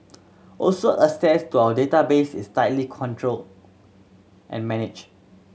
also access to our database is tightly controlled and managed